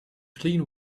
clean